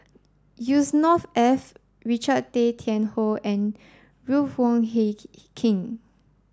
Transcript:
Yusnor Ef Richard Tay Tian Hoe and Ruth Wong Hie King